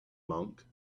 monk